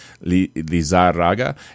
Lizarraga